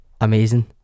amazing